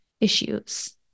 issues